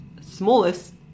smallest